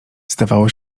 zdawało